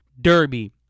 Derby